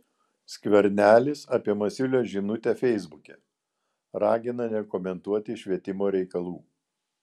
skvernelis apie masiulio žinutę feisbuke ragina nekomentuoti švietimo reikalų